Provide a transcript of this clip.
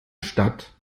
statt